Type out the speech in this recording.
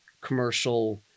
commercial